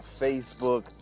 Facebook